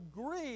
agree